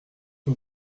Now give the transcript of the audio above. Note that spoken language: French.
que